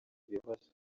bibazo